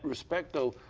respect though,